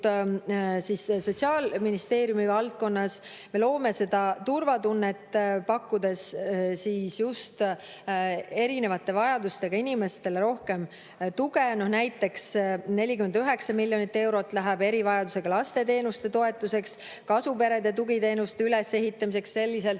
Sotsiaalministeeriumi valdkonnas me loome turvatunnet, pakkudes just erinevate vajadustega inimestele rohkem tuge. Näiteks läheb 49 miljonit eurot erivajadusega laste teenuste toetuseks ja kasuperede tugiteenuste ülesehitamiseks selliselt,